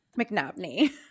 McNabney